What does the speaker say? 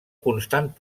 constant